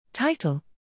Title